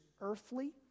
earthly